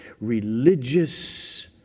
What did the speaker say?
religious